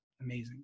amazing